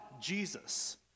Jesus